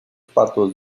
patos